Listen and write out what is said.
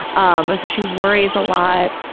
um but so, she worries a lot.